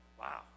wow